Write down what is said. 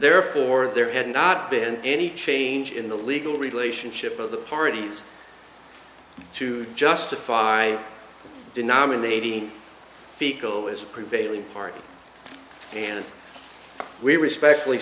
therefore there had not been any change in the legal relationship of the parties to justify denominating fico is prevailing party and we respectfully